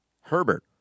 Herbert